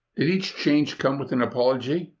did each change come with an apology,